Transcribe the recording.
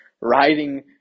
riding